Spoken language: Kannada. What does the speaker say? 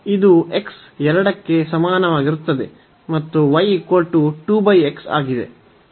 ಇದು x 2 ಕ್ಕೆ ಸಮಾನವಾಗಿರುತ್ತದೆ ಮತ್ತು y 2 x ಆಗಿದೆ